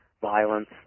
violence